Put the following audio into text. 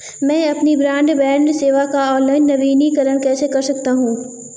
मैं अपनी ब्रॉडबैंड सेवा का ऑनलाइन नवीनीकरण कैसे कर सकता हूं?